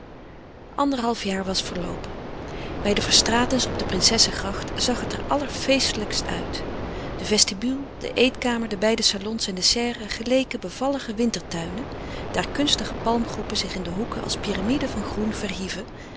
anderhalf jaar was verloopen bij de verstraetens op de princessegracht zag het er allerfeestelijkst uit de vestibule de eetkamer de beide salons en de serre geleken bevallige wintertuinen daar kunstige palmgroepen zich in de hoeken als pyramiden van groen verhieven